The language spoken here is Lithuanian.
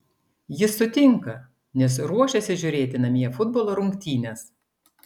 jis sutinka nes ruošiasi žiūrėti namie futbolo rungtynes